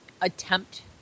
attempt